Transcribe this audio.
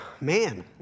Man